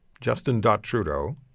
justin.trudeau